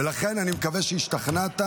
ולכן אני מקווה שהשתכנעת.